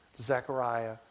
Zechariah